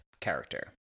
character